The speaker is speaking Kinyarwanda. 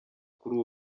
kuri